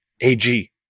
AG